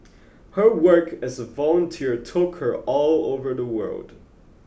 her work as a volunteer took her all over the world